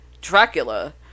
Dracula